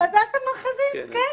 ועדת המכרזים, כן,